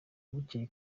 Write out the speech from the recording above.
bukeye